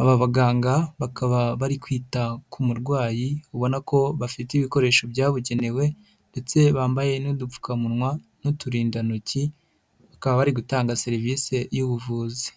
aba baganga bakaba bari kwita ku murwayi, ubona ko bafite ibikoresho byabugenewe ndetse bambaye n'udupfukamunwa n'uturindantoki, bakaba bari gutanga serivisi y'ubuvuzi.